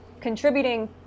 contributing